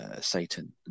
Satan